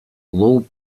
low